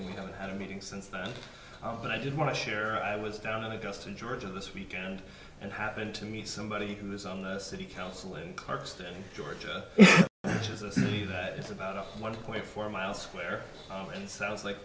and we haven't had a meeting since then but i did want to share i was down in augusta georgia this weekend and happened to meet somebody who is on the city council and kirkstone georgia is a city that is about one point four miles where and sounds like